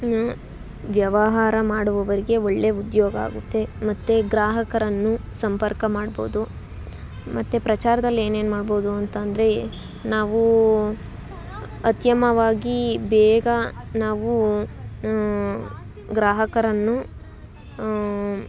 ವ್ಯವಹಾರ ಮಾಡುವವರಿಗೆ ಒಳ್ಳೆಯ ಉದ್ಯೋಗ ಆಗುತ್ತೆ ಮತ್ತು ಗ್ರಾಹಕರನ್ನು ಸಂಪರ್ಕ ಮಾಡ್ಬೋದು ಮತ್ತು ಪ್ರಚಾರದಲ್ಲಿ ಏನು ಏನು ಮಾಡ್ಬೋದು ಅಂತ ಅಂದರೆ ನಾವು ಅತ್ಯಮವಾಗಿ ಬೇಗ ನಾವು ಗ್ರಾಹಕರನ್ನು